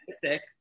sick